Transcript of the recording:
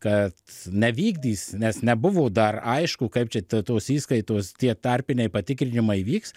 ką nevykdys nes nebuvo dar aišku kaip čia ta tos įskaitos tie tarpiniai patikrinimai vyks